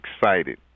excited